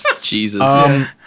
Jesus